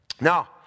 Now